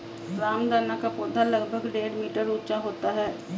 रामदाना का पौधा लगभग डेढ़ मीटर ऊंचा होता है